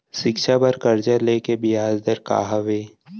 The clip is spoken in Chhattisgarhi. शिक्षा बर कर्जा ले के बियाज दर का हवे?